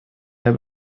der